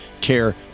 care